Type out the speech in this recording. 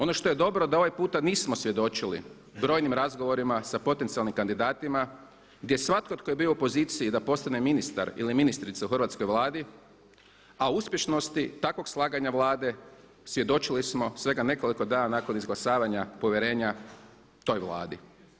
Ono što je dobro da ovaj puta nismo svjedočili brojnim razgovorima sa potencijalnim kandidatima, gdje je svatko tko je bio u poziciji da postane ministar ili ministrica u hrvatskoj Vladi a uspješnosti takvog slaganja Vlade svjedočili smo svega nekoliko dana nakon izglasavanja povjerenja toj Vladi.